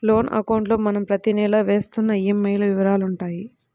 loan అకౌంట్లో మనం ప్రతి నెలా చెల్లిస్తున్న ఈఎంఐల వివరాలుంటాయి